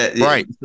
Right